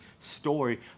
story